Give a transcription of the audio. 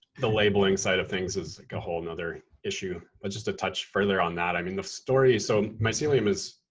the labeling side of things is like a whole and other issue. but just to touch further on that, i mean, the story is, so mycelium is,